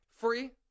Free